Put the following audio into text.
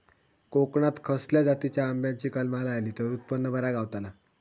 कोकणात खसल्या जातीच्या आंब्याची कलमा लायली तर उत्पन बरा गावताला?